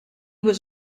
was